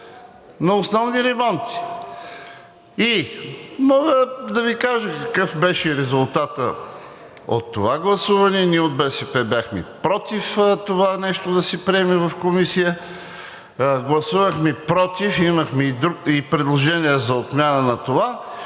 на основни ремонти. Мога да Ви кажа какъв беше резултатът от това гласуване. Ние от БСП бяхме против това нещо да се приеме в Комисията, гласувахме „против“. Имахме и предложение за отмяна на това,